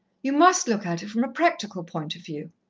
you must look at it from a practical point of view.